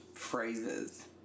phrases